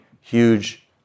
huge